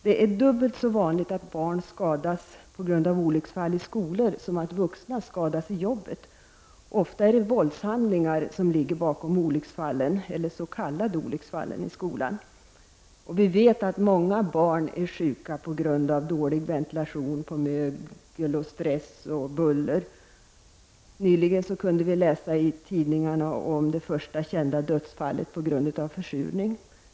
Det är dubbelt så vanligt att barn skadas på grund av olycksfall i skolan som att vuxna skadas på jobbet. Ofta är det våldshandlingar som ligger bakom de s.k. olycksfallen i skolan. Vi vet att många barn är sjuka på grund av dålig ventilation, mögel, stress och buller. Nyligen kunde vi läsa i tidningarna om det första kända dödsfallet på grund av försurning.